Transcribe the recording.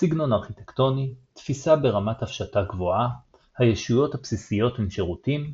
סגנון ארכיטקטוני תפיסה ברמת הפשטה גבוהה הישויות הבסיסיות הן שירותים.